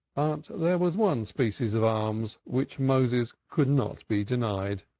but there was one species of alms which moses could not be denied,